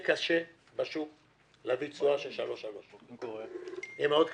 קשה לשוק להביא תשואה של 3.3. יהיה מאוד קשה.